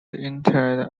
interred